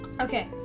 Okay